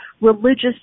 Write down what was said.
religious